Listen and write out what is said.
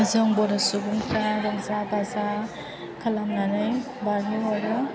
जों बर' सुबुंफ्रा रंजा बाजा खालामनानै बारहोहरो